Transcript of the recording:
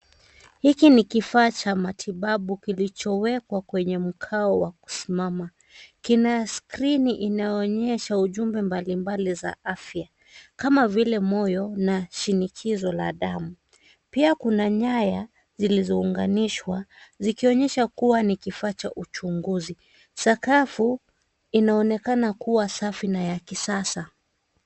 Hiki ni kifaa cha matibabu kilichowekwa kwenye mkao wa kusimama. Kina skrini inayoonyesha ujumbe mbalimbali za afya kama vile moyo na shinikizo la damu. Pia kuna nyaya zilizounganishwa zikionyesha kuwa ni kifaa cha uchunguzi. Sakafu inaonekana kuwa safi na ya kisasa.